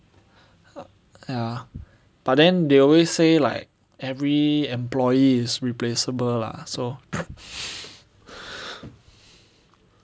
ya but then they always say like every employee is replaceable lah so